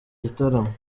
gitaramo